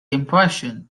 impression